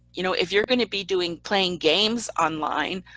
you know, if you're going to be doing playing games online,